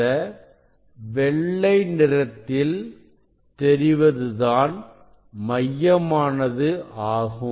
இந்த வெள்ளை நிறத்தில் தெரிவதுதான் மையமானது ஆகும்